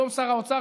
היום שר האוצר,